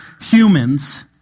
humans